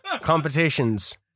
competitions